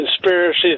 conspiracy